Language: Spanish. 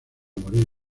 morir